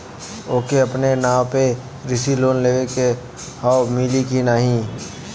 ओके अपने नाव पे कृषि लोन लेवे के हव मिली की ना ही?